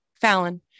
Fallon